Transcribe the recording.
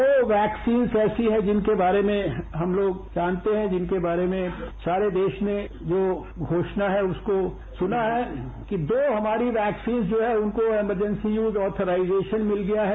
दो वैक्सीन्स ऐसी हैं जिनके बारे में हम लोग जानते हैं जिनके बारे में सारे देश ने जो घोषणा है उसको सुना है कि दो हमारी वैक्सीन्स जो है उनको इमरजेंसी यूज ऑथराइजेशन मिल गया है